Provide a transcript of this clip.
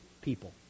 people